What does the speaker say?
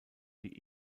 die